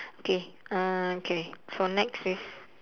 okay uh okay for next is